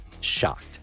shocked